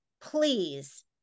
please